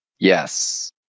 Yes